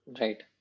Right